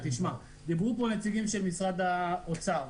דיברו פה נציגים של משרד האוצר,